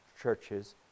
churches